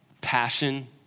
passion